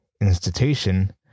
institution